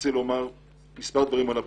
רוצה לומר מספר דברים על הביקורות.